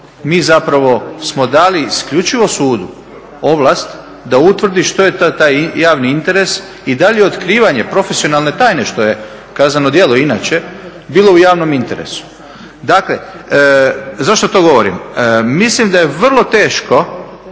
mi smo dali isključivo sudu ovlast da utvrdi što je taj javni interes i da li je otkrivanje profesionalne tajne što je kazneno djelo inače, bilo u javnom interesu. Zašto to govorim? Mislim da je vrlo teško